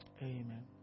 Amen